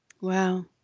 Wow